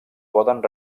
poden